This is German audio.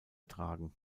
tragen